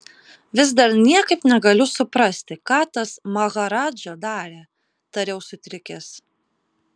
vis dar niekaip negaliu suprasti ką tas maharadža darė tariau sutrikęs